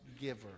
giver